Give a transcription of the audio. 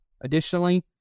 Additionally